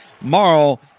Marl